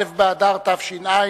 א' באדר התש"ע,